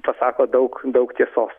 pasako daug daug tiesos